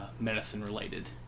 medicine-related